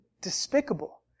despicable